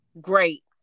Great